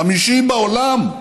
חמישי בעולם.